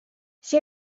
see